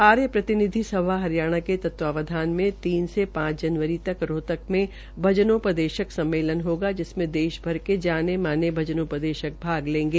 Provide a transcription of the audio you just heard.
आर्य प्रतिनिधि सभा हरियाणा के तत्वाधान में तीन से पांच जनवरी तक रोहतक में भजनोपदेशक सम्मेलन होगा जिसमें देश भर के जाने माने भजनों पदेशक भाग लेगें